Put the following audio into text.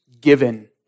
given